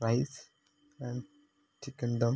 rice chicken dum